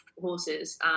horses